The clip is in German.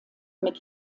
mit